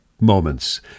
moments